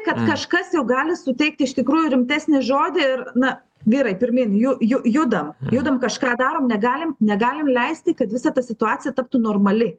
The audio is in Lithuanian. kad kažkas jau gali suteikt iš tikrųjų rimtesnį žodį ir na vyrai pirmyn ju ju judam judam kažką darom negalim negalim leisti kad visa ta situacija taptų normali